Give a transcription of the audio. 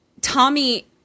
Tommy